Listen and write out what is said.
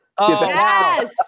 Yes